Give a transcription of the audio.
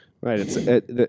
Right